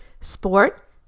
Sport